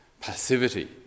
passivity